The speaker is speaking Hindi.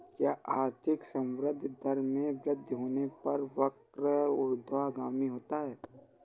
क्या आर्थिक संवृद्धि दर में वृद्धि होने पर वक्र ऊर्ध्वगामी होता है?